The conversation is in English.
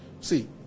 see